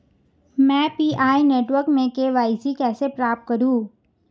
मैं Pi network में KYC कैसे प्राप्त करूँ?